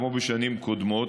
כמו בשנים קודמות,